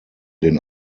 den